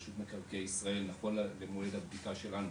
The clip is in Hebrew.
רשות מקרקעי ישראל נכון למועד הבדיקה שלנו